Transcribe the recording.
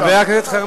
אבל תן לו לסיים.